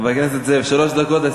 חבר הכנסת זאב, שלוש דקות.